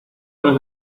dedos